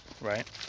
right